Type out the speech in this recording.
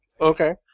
okay